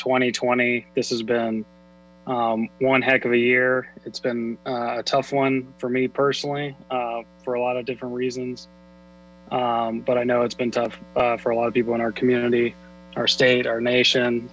twenty twenty this has been one heck every year it's been a tough one for me personally for a lot of different reasons but i know it's been tough for a lot of people in our community our state our nation